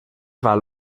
val